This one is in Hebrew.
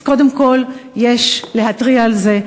אז קודם כול יש להתריע על זה,